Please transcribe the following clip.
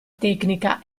tecnica